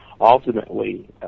ultimately